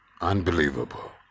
Unbelievable